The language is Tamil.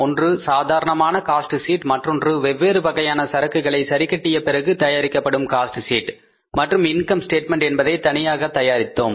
ஒன்று சாதாரணமான காஸ்ட் ஷீட் மற்றொன்று வெவ்வேறு வகையான சரக்குகளை சரி கட்டிய பிறகு தயாரிக்கப்படும் காஸ்ட் சீட் மற்றும் இன்கம் ஸ்டேட்மெண்ட் என்பதை தனியாக தயாரித்தோம்